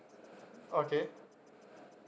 okay